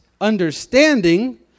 understanding